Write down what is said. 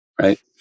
right